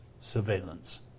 surveillance